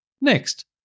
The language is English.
Next